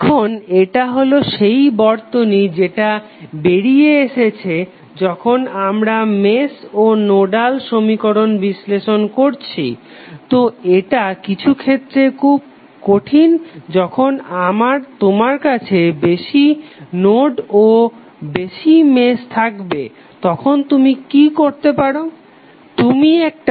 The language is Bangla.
এখন এটা হলো সেই বর্তনী যেটা বেরিয়ে এসেছে যখন আমরা মেশ ও নোডাল সমীকরণ বিশ্লেষণ করছি তো এটা কিছুক্ষেত্রে খুব কঠিন যখন তোমার কাছে বেশি নোড ও বেশি মেশ থাকবে তখন তুমি কি করতে পারো